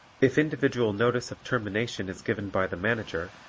if individual notice of termination is given by the manager,